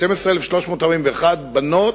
12,341 בנות,